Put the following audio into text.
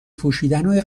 پوشیدنای